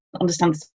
understand